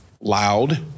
loud